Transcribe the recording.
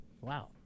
wow